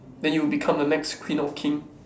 then you'll become the next queen of king